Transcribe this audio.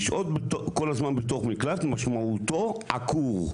לשהות כל הזמן בתוך מקלט משמעותו עקור,